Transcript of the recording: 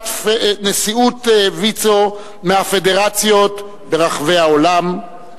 נשיאות ויצו מהפדרציות ברחבי העולם,